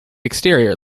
exterior